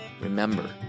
Remember